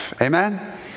Amen